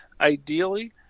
ideally